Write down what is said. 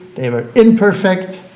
they were imperfect,